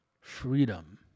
freedom